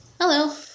Hello